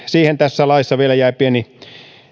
siihen tässä laissa vielä jäi pieni